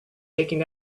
taking